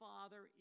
Father